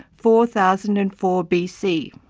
four thousand and four bc.